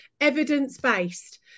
Evidence-based